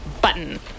button